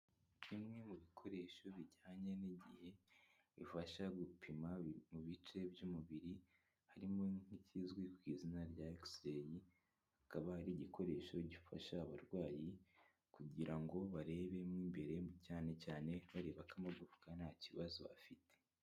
Bimwe mu bikoresho bijyanye n'igihe bibasha gupima mu bice by'umubiri harimo nk'ikizwi ku izina rya ekisirayi, ikaba ari igikoresho gifasha abarwayi kugira ngo barebemo imbere cyane cyane bareba ko amagufwa nta kibazo afite.